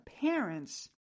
parents